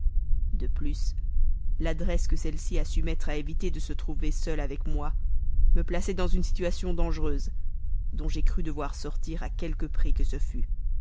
de plus l'adresse qu'elle a su mettre à éviter de se trouver seule avec moi me plaçait dans une situation dangereuse dont j'ai cru devoir sortir à quelque prix que ce fût